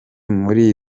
muri